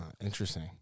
interesting